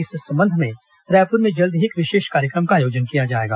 इस संबंध में रायपुर में जल्द ही एक विशेष कार्यक्रम का आयोजन भी किया जाएगा